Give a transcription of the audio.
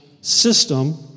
system